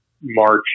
March